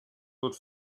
wird